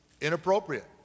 inappropriate